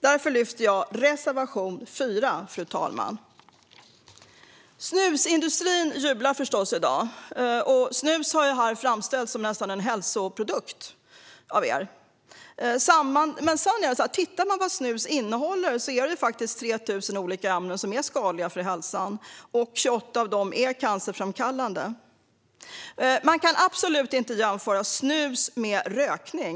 Därför yrkar jag bifall till reservation 4, fru talman. Snusindustrin jublar förstås i dag. Snus har här framställts nästan som en hälsoprodukt av er. Men snus innehåller 3 000 olika ämnen som är skadliga för hälsan, och 28 av dem är cancerframkallande. Man kan absolut inte jämföra snus med rökning.